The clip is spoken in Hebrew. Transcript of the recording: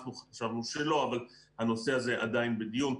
אנחנו חשבנו שלא, אבל הנושא הזה עדיין בדיון.